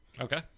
Okay